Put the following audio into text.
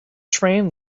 train